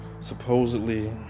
supposedly